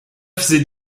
faisait